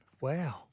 Wow